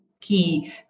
key